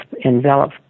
envelop